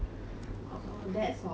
orh that's all